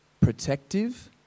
protective